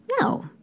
No